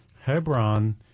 Hebron